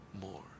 more